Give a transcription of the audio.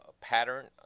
pattern